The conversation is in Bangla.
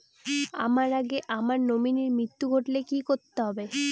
আমার আগে আমার নমিনীর মৃত্যু ঘটলে কি করতে হবে?